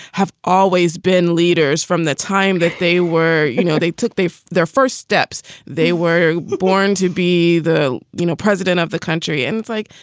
have always been leaders from the time that they were, you know, they took their first steps they were born to be the you know president of the country. and it's like,